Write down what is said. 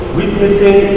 witnessing